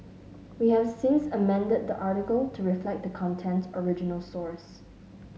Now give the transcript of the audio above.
we have since amended the article to reflect the content's original source